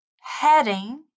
heading